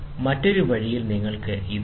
മറ്റൊരു വഴിയിൽ നിങ്ങൾക്ക് ഇത് ഉണ്ട്